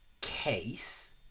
case